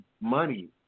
money